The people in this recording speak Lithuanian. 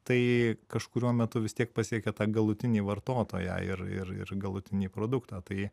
tai kažkuriuo metu vis tiek pasiekia tą galutinį vartotoją ir ir ir galutinį produktą tai